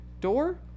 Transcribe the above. door